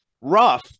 rough